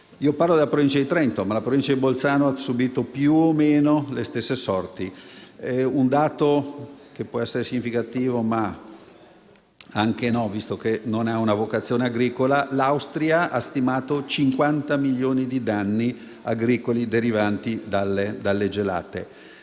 Parlo della Provincia di Trento, ma la Provincia di Bolzano ha subito più o meno le stesse sorti. Può essere significativo - o non esserlo, visto che non ha una vocazione agricola - che l'Austria ha stimato 50 milioni di euro di danni agricoli derivanti dalle gelate.